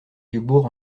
dubourg